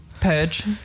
Purge